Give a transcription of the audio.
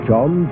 John